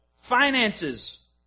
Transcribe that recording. Finances